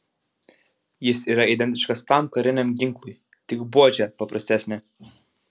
jis yra identiškas tam kariniam ginklui tik buožė paprastesnė